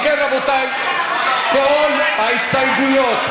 אם כן, רבותי, כל ההסתייגויות,